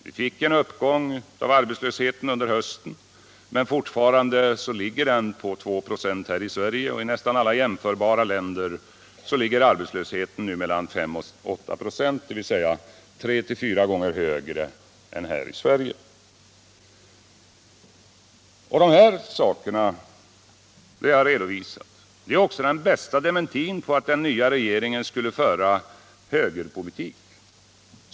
Det blev en uppgång av arbetslösheten under hösten, men fortfarande ligger den på 2 96 i Sverige. I nästan alla jämförbara länder ligger arbetslösheten nu på mellan 5 och 8 96, dvs. tre-fyra gånger högre än här i Sverige. Det som jag nu redovisat är också den bästa dementin på att den nya regeringen skulle föra högerpolitik.